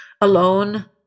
alone